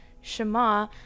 Shema